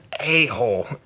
a-hole